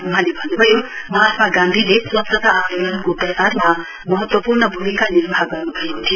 वहाँले भन्नुभयो महात्मा गान्धीले स्वच्छता आन्दोलनको प्रसारमा महत्वपूर्ण भूमिका निर्वाह गर्न् भएको थियो